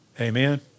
Amen